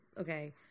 okay